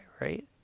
right